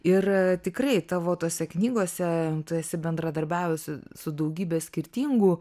ir tikrai tavo tose knygose tu esi bendradarbiavusi su daugybe skirtingų